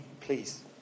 please